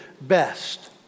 best